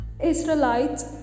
Israelites